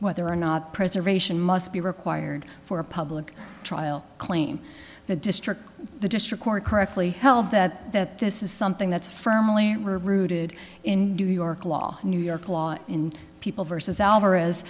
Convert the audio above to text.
whether or not preservation must be required for a public trial claim the district the district court correctly held that that this is something that's firmly rooted in new york law new york law in people versus alvarez